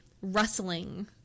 rustling